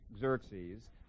Xerxes